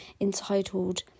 entitled